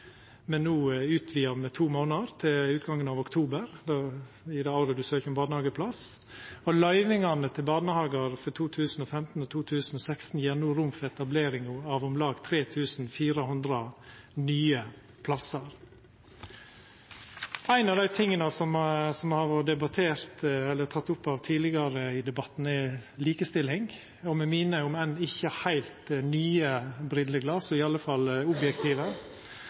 med to månader, til utgangen av oktober i det året ein søkjer om barnehageplass. Løyvingane til barnehagar for 2015 og 2016 gjev nå rom for etablering av om lag 3 400 nye plassar. Ein av dei tinga som har vore teke opp tidlegare i debatten, er likestilling. Med mine om ikkje heilt nye, så i alle fall objektive